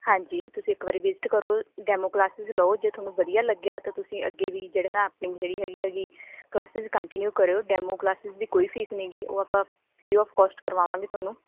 ਹਾਂਜੀ ਤੁਸੀਂ ਇੱਕ ਵਾਰੀ ਵਿਜਿਟ ਕਰੋ ਡੈਮੋ ਕਲਾਸਿਜ ਲਓ ਜੇ ਤੁਹਾਨੂੰ ਵਧੀਆ ਲੱਗਿਆ ਤਾਂ ਤੁਸੀਂ ਅੱਗੇ ਵੀ ਜਿਹੜੇ ਨਾ ਆਪਣੀ ਜਿਹੜੀ ਹੈਗੀ ਹੈਗੀ ਕਲਾਸਿਸ ਕੰਟੀਨਿਊ ਕਰੋ ਡੈਮੋ ਕਲਾਸਿਸ ਦੀ ਕੋਈ ਫੀਸ ਨੀਗੀ ਉਹ ਆਪਾਂ ਫਰੀ ਆਫ ਕੋਸਟ ਕਰਵਾਵਾਂਗੇ ਤੁਹਾਨੂੰ